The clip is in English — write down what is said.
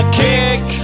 kick